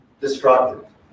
destructive